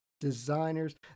designers